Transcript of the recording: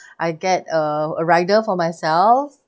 I get a a rider for myself